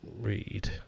Read